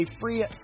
free